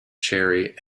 cherry